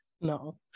no